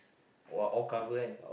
!wah! all cover eh